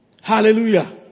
Hallelujah